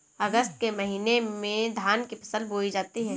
अगस्त के महीने में धान की फसल बोई जाती हैं